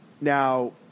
Now